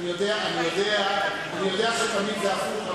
אני יודע שתמיד זה הפוך,